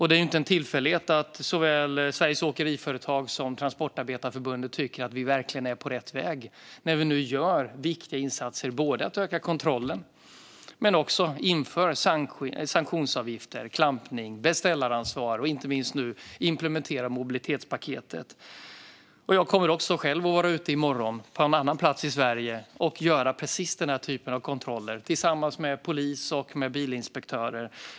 Det är inte en tillfällighet att såväl Sveriges Åkeriföretag som Transportarbetareförbundet tycker att vi verkligen är på rätt väg när vi nu gör viktiga insatser, både genom att öka kontrollen och genom att införa sanktionsavgifter, klampning och beställaransvar, och inte minst genom att nu implementera mobilitetspaketet. Jag kommer också själv att vara ute i morgon, på en annan plats i Sverige, och göra precis denna typ av kontroller tillsammans med polis och bilinspektörer.